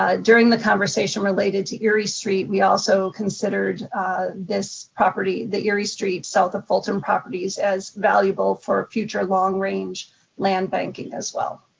ah during the conversation related to erie street, we also considered this property, the erie street south and fulton properties as valuable for future long range land banking as well.